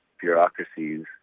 bureaucracies